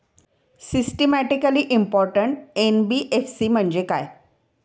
Systematically important NBFC म्हणजे काय?